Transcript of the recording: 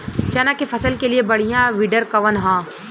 चना के फसल के लिए बढ़ियां विडर कवन ह?